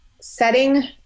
setting